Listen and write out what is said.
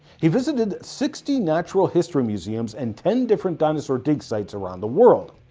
he visited sixty natural history museums and ten different dinosaur dig sites around the world.